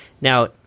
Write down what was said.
Now